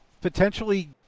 potentially